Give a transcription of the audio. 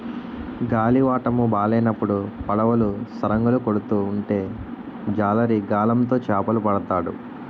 గాలివాటము బాలేనప్పుడు పడవలు సరంగులు కొడుతూ ఉంటే జాలరి గాలం తో చేపలు పడతాడు